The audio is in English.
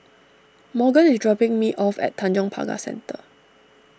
Morgan is dropping me off at Tanjong Pagar Centre